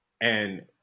and-